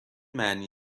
معنی